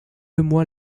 moi